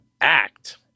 ACT